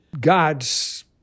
God's